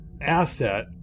asset